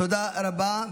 תודה רבה.